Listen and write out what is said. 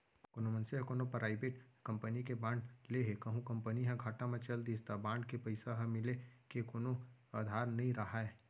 कोनो मनसे ह कोनो पराइबेट कंपनी के बांड ले हे कहूं कंपनी ह घाटा म चल दिस त बांड के पइसा ह मिले के कोनो अधार नइ राहय